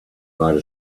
might